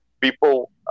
People